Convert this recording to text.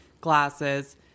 glasses